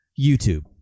YouTube